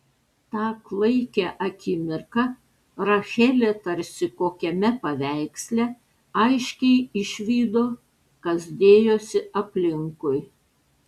tą klaikią akimirką rachelė tarsi kokiame paveiksle aiškiai išvydo kas dėjosi aplinkui